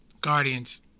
guardians